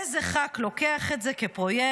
איזה ח"כ לוקח את זה כפרויקט,